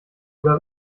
oder